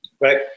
right